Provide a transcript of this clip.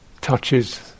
touches